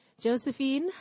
Josephine